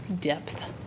depth